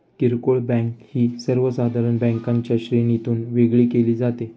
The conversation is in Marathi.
किरकोळ बँक ही सर्वसाधारण बँकांच्या श्रेणीतून वेगळी केली जाते